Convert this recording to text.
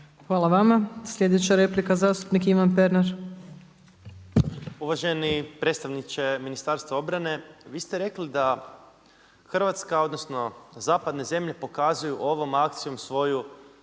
Hvala vama. Sljedeća replika zastupnik Ivan Pernar. **Pernar, Ivan (Živi zid)** Uvaženi predstavniče Ministarstva obrane. Vi ste rekli da Hrvatska odnosno zapadne zemlje pokazuju ovom akcijom svoju